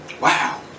Wow